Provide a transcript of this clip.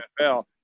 NFL